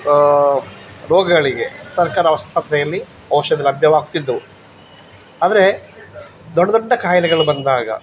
ರೋಗಗಳಿಗೆ ಸರ್ಕಾರಿ ಆಸ್ಪತ್ರೆಯಲ್ಲಿ ಔಷಧ ಲಭ್ಯವಾಗ್ತಿದ್ದವು ಆದರೆ ದೊಡ್ಡ ದೊಡ್ಡ ಖಾಯಿಲೆಗಳು ಬಂದಾಗ